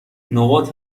نقاط